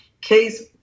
Case